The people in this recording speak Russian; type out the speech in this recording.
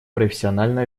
профессионально